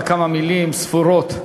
בכמה מילים ספורות,